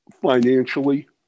Financially